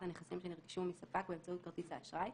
הנכסים שנרכשו מספק באמצעות כרטיס האשראי,